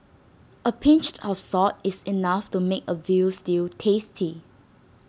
A pinch of salt is enough to make A Veal Stew tasty